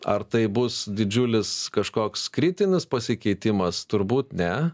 ar tai bus didžiulis kažkoks kritinis pasikeitimas turbūt ne